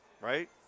right